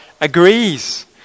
agrees